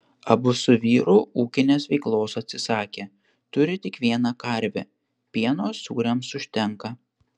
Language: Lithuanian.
abu su vyru ūkinės veiklos atsisakė turi tik vieną karvę pieno sūriams užtenka